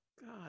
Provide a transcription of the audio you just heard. god